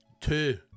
two